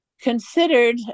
considered